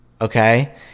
okay